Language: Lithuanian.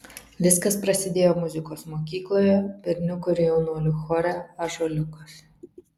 viskas prasidėjo muzikos mokykloje berniukų ir jaunuolių chore ąžuoliukas